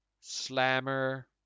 Slammer